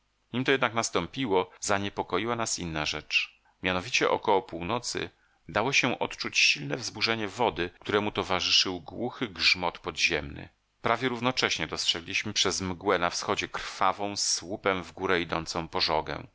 nim to jednak nastąpiło zaniepokoiła nas inna rzecz mianowicie około północy dało się odczuć silne wzburzenie wody któremu towarzyszył głuchy grzmot podziemny prawie równocześnie dostrzegliśmy przez mgłę na wschodzie krwawą słupem w górę idącą pożogę